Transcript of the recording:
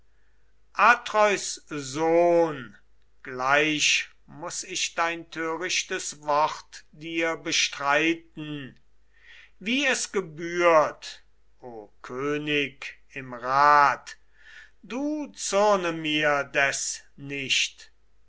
atreus sohn gleich muß ich dein törichtes wort dir bestreiten wie es gebührt o könig im rat du zürne mir des nicht